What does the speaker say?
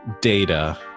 data